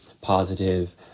positive